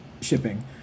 shipping